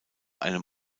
einem